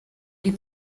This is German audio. die